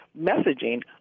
messaging